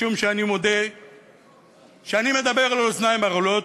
משום שאני מודה שאני מדבר אל אוזניים ערלות,